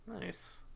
Nice